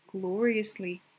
gloriously